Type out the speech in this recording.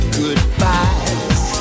goodbyes